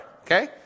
okay